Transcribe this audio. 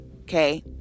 Okay